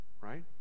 right